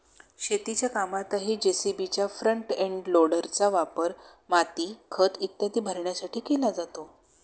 शेतीच्या कामातही जे.सी.बीच्या फ्रंट एंड लोडरचा वापर माती, खत इत्यादी भरण्यासाठी केला जातो